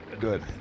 good